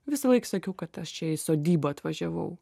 visąlaik sakiau kad aš čia į sodybą atvažiavau